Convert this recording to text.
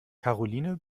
karoline